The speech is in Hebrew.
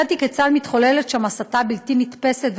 הראיתי כיצד מתחוללת שם הסתה בלתי נתפסת,